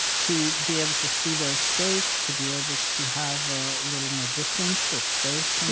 to be able to see those states, to be able to have a little more distance or space from,